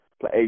Play